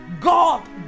God